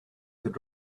could